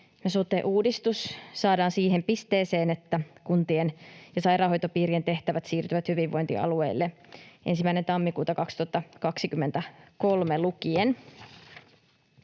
sote-uudistus saadaan siihen pisteeseen, että kuntien ja sairaanhoitopiirien tehtävät siirtyvät hyvinvointialueille 1. tammikuuta 2023 lukien.